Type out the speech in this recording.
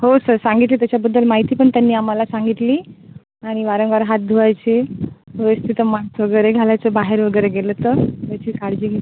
हो सर सांगितली त्याच्याबद्दल माहिती पण त्यांनी आम्हाला सांगितली आणि वारंवार हात धुवायचे व्यवस्थित मांस्क वगैरे घालायचं बाहेर वगैरे गेलं तर याची काळजी घे